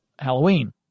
Halloween